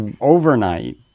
overnight